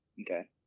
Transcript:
Okay